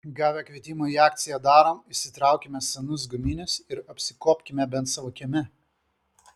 gavę kvietimą į akciją darom išsitraukime senus guminius ir apsikuopkime bent savo kieme